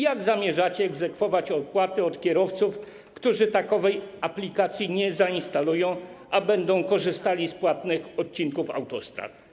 Jak zamierzacie egzekwować opłaty od kierowców, którzy takowej aplikacji nie zainstalują, a będą korzystali z płatnych odcinków autostrad?